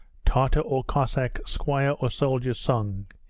tartar or cossack, squire or soldiers' songs,